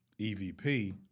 EVP